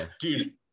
dude